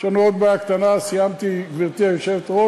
יש לנו עוד בעיה קטנה, סיימתי, גברתי היושבת-ראש,